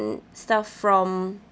stuff from